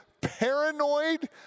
paranoid